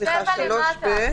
זו תהיה אותה התאמה.